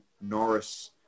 Norris